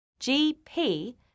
GP